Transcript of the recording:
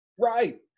Right